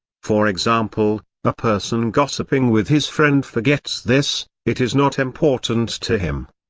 for example, a person gossiping with his friend forgets this it is not important to him.